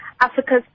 Africa's